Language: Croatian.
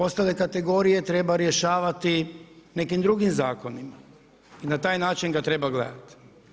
Ostale kategorije treba rješavati nekim drugim zakonima i na taj način ga treba gledati.